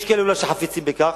יש כאלו שאולי חפצים בכך,